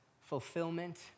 fulfillment